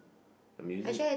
a music